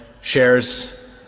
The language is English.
shares